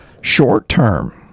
short-term